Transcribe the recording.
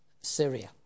Syria